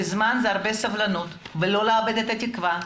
זמן והרבה סבלנות ולא לאבד את התקווה.